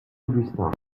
augustin